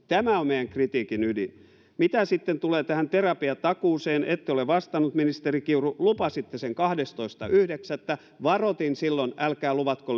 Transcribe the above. tämä on meidän kritiikkimme ydin mitä sitten tulee tähän terapiatakuuseen ette ole vastannut ministeri kiuru lupasitte sen kahdestoista yhdeksättä varoitin silloin älkää luvatko